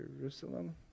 Jerusalem